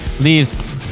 leaves